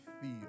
feel